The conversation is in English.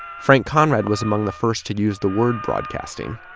frank conrad was among the first to use the word broadcasting.